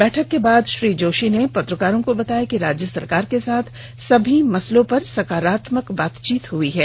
बैठक के बाद श्री जोशी ने पत्रकारों को बताया कि राज्य सरकार के साथ समी मसलों पर सकारात्मक बातचीत हुई है